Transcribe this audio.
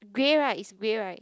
grey right is grey right